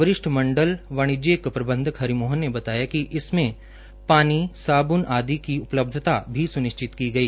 वरिष्ठ मंडल वाणिज्यिक प्रबंधक हरि मोहन ने बताया कि इनमें पानी साबून आदि की उपलब्धता भी सुनिश्चित की गई